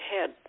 head